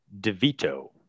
DeVito